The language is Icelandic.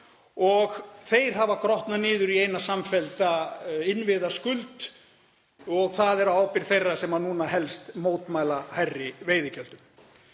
og þeir hafa grotnað niður í eina samfellda innviðaskuld og það er á ábyrgð þeirra sem núna helst mótmæla hærri veiðigjöldum.